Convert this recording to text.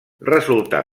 resultà